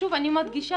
אני מדגישה